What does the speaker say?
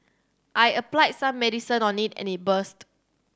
I applied some medicine on it and it burst